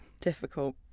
Difficult